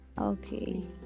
okay